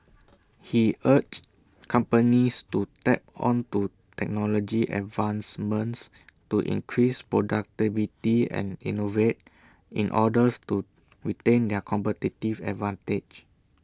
he urged companies to tap onto technology advancements to increase productivity and innovate in orders to retain their competitive advantage